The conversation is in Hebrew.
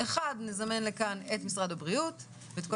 אחד נזמן לכאן את משרד הבריאות ואת כל